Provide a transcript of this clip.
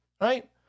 right